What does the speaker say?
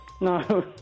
No